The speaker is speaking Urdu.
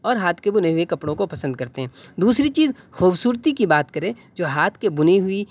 اور ہاتھ کے بنے ہوئے کپڑوں کو پسند کرتے ہیں دوسری چیز خوبصورتی کی بات کریں جو ہاتھ کے بنی ہوئی